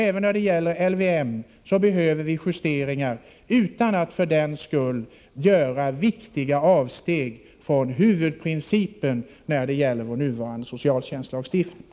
Även när det gäller LYM behöver vi justeringar, utan att vi för den skull gör viktiga avsteg från huvudprincipen när det gäller vår nuvarande socialtjänstlagstiftning.